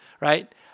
right